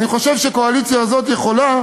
אני חושב שהקואליציה הזאת יכולה